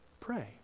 pray